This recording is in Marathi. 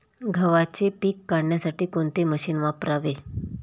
गव्हाचे पीक काढण्यासाठी कोणते मशीन वापरावे?